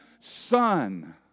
son